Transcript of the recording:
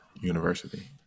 University